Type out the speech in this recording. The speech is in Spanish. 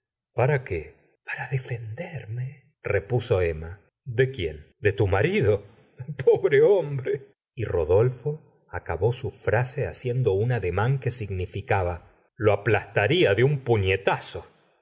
para qué para defenderme repuso emma de quién de tu marido pobre hombre y rodolfo acabó su frase haciendo un ademán que significaba lo aplastarla de un purietazol